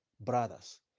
brothers